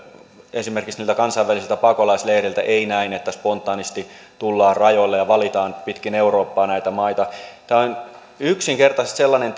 esimerkiksi niiltä kansainvälisiltä pakolaisleireiltä ei näin että spontaanisti tullaan rajoille ja valitaan pitkin eurooppaa näitä maita tämä on yksinkertaisesti sellainen